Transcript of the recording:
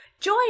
joy